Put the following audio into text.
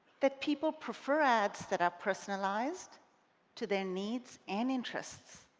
that people prefer ads that are personalized to their needs and interests